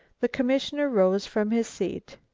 the commissioner rose from his seat.